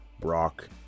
Brock